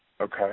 Okay